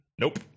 Nope